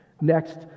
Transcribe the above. Next